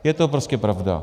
Je to prostě pravda.